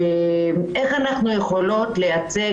איך אנחנו יכולות לייצג